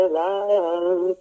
love